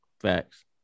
Facts